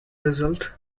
result